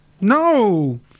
No